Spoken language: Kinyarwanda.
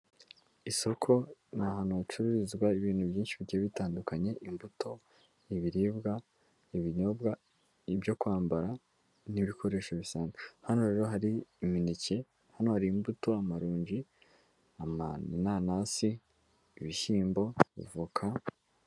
Isoko ni ahantu hacururizwa ibintu byinshi bigiye bitandukanye, imbuto, ibiribwa, ibinyobwa, ibyo kwambara n'ibikoresho bisanzwe, hano rero hari imineke, hano hari imbuto, amaronji, inanasi, ibishyimbo, voka.